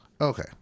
Okay